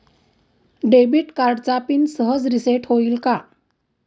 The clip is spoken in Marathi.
डेबिट कार्डचा पिन सहज रिसेट होईल का?